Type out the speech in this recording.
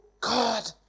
God